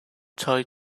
toy